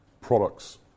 products